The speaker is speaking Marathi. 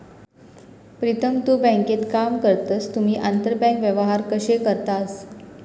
प्रीतम तु बँकेत काम करतस तुम्ही आंतरबँक व्यवहार कशे करतास?